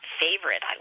favorite